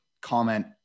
comment